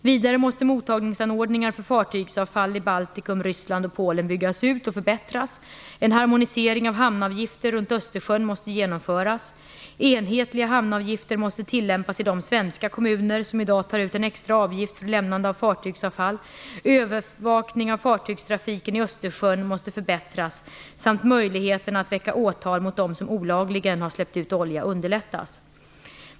Vidare måste mottagningsanordningar för fartygsavfall i Baltikum, Ryssland och Polen byggas ut och förbättras, en harmonisering av hamnavgifter runt Östersjön genomföras och enhetliga hamnavgifter tillämpas i de svenska kommuner som i dag tar ut en extra avgift för lämnande av fartygsavfall. Övervakning av fartygstrafiken i Östersjön måste förbättras samt möjligheterna att väcka åtal mot dem som olagligen har släppt ut olja underlättas.